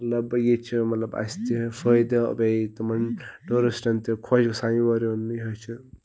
مطلب ییٚتہِ چھِ مطلب اَسہِ تہِ فٲیِدٕ بیٚیہِ تِمَن ٹیوٗرِسٹَن تہِ خۄش گژھان یور یُن یِہٕے چھِ